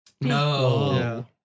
No